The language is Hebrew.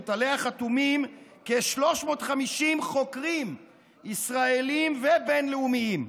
שעליה חתומים כ-350 חוקרים ישראלים ובין-לאומיים,